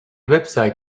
website